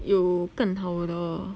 有更好的